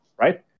right